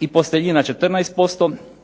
i posteljina 14%.